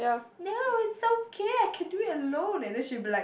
no it's okay I can do it alone and then she will be like